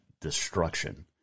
destruction